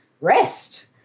rest